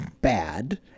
bad